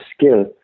skill